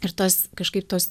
ir tos kažkaip tos